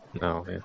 No